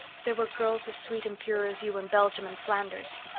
there were girls as sweet and pure as you in belgium and flanders.